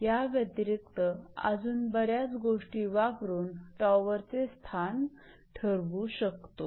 याव्यतिरिक्त अजून बऱ्याच गोष्टी वापरून टॉवरचे स्थान ठरवू शकतो